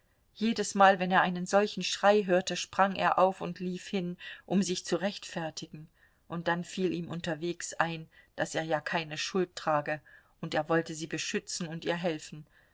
jedesmal wenn er einen solchen schrei hörte sprang er auf und lief hin um sich zu rechtfertigen und dann fiel ihm unterwegs ein daß er ja keine schuld trage und er wollte sie beschützen und ihr helfen